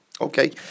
Okay